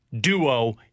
duo